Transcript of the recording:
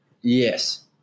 yes